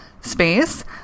space